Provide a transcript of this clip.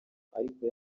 ariko